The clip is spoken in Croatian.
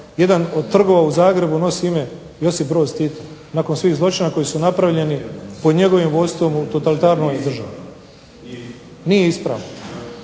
jedan od trgova u Zagrebu nosi ime Josip Broz Tito, nakon svih zločina koji su napravljeni po njegovim vodstvom u totalitarnoj državi. …/Upadica